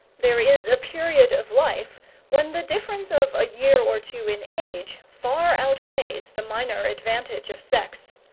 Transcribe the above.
there is a period of life when the difference of a year or two in age far outweighs the minor advantage of sex.